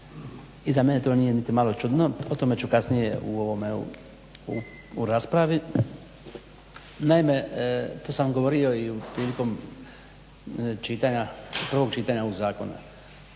I za mene to nije niti malo čudno, o tome ću kasnije u raspravi. Naime, to sam govorio i prilikom prvog čitanja ovog zakona.